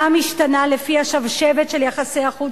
היא אינה משתנה לפי השבשבת של יחסי החוץ